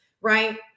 Right